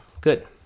Good